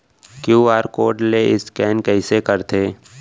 QR code ले scan कइसे करथे?